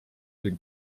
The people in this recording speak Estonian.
isegi